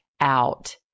out